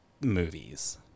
movies